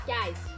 Guys